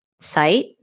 sight